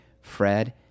Fred